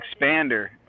expander